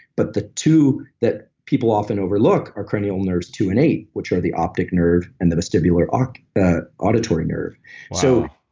but the two that people often overlook are cranial nerves two and eight, which are the optic nerve, and the vestibular ah auditory nerve so,